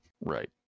right